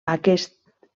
aquest